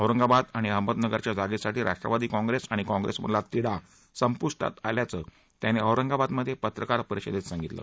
औरंगाबाद आणि अहमदनगरच्या जागेसाठी राष्ट्रवादी काँग्रेस आणि काँग्रेसमधील तिढा संपूष्टात आला असल्याचं त्यांनी औरंगाबादमध्ये पत्रकार परिषदेत सांगितलं